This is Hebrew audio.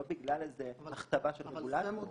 לא בגלל הכתבה של רגולטור.